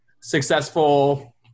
successful